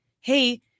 hey